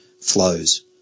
flows